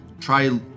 Try